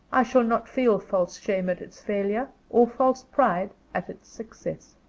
i shall not feel false shame at its failure, or false pride at its success.